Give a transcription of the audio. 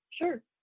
Sure